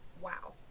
Wow